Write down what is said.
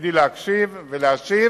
ותפקידי להקשיב ולהשיב